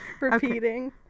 Repeating